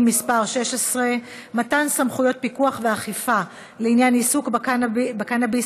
18 בעד, אין מתנגדים, אין נמנעים.